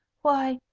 why,